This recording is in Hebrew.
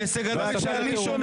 ואף אחד לא לקח על זה אחריות.